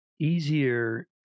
easier